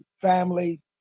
family